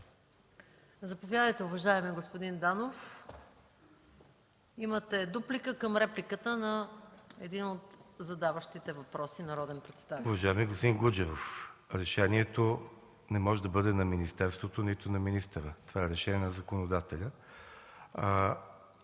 Заповядайте, уважаеми господин Данов – имате дуплика към репликата на един от задаващите въпроса народен представител. МИНИСТЪР ИВАН ДАНОВ: Уважаеми господин Гуджеров, решението не може да бъде на министерството, нито на министъра – това е решение на законодателя.